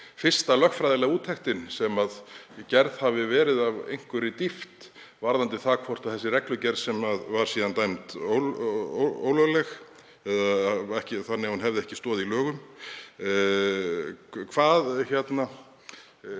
fyrsta lögfræðilega úttektin sem gerð hafi verið af einhverri dýpt varðandi þessa reglugerð, sem var síðan dæmd ólögleg eða þannig að hún hefði ekki stoð í lögum. Ráðherra